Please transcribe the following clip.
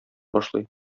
башлый